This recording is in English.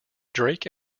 drake